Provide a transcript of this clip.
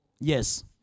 Yes